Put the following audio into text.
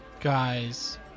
guys